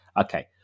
okay